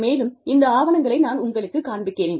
மேலும் இந்த ஆவணங்களை நான் உங்களுக்குக் காண்பிக்கிறேன்